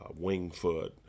Wingfoot